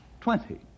twenty